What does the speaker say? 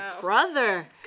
brother